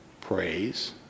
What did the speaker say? praise